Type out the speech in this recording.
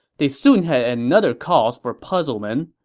they soon had another cause for puzzlement.